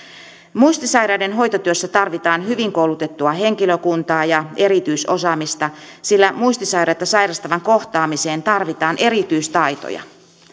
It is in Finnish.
muistisairaiden hoitotyössä tarvitaan hyvin koulutettua henkilökuntaa ja erityisosaamista sillä muistisairautta sairastavan kohtaamiseen tarvitaan erityistaitoja